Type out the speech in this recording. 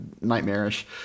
nightmarish